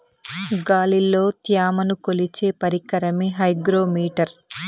గాలిలో త్యమను కొలిచే పరికరమే హైగ్రో మిటర్